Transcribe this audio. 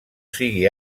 sigui